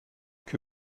que